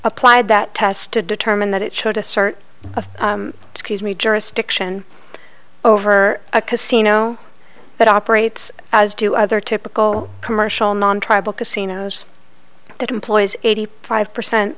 applied that test to determine that it should assert a excuse me jurisdiction over a casino that operates as do other typical commercial non tribal casinos that employs eighty five percent